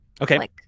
okay